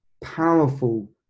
powerful